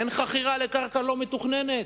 אין חכירה של קרקע לא מתוכננת.